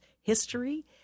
history